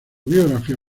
biografía